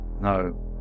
No